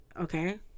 okay